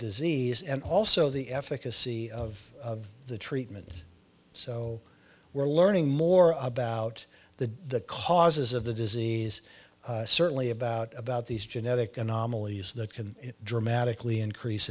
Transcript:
disease and also the efficacy of the treatment so we're learning more about the causes of the disease certainly about about these genetic anomalies that can dramatically increase